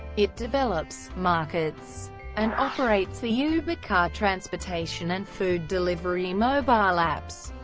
it develops, markets and operates the uber car transportation and food delivery mobile apps.